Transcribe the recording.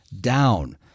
down